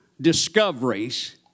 discoveries